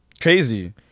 Crazy